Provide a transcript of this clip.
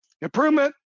Improvement